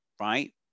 right